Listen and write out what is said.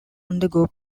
undergo